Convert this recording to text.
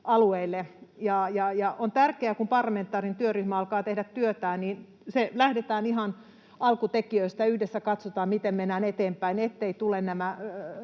On tärkeää, kun parlamentaarinen työryhmä alkaa tehdä työtään, että lähdetään ihan alkutekijöistä ja yhdessä katsotaan, miten mennään eteenpäin, etteivät tule nämä